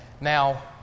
Now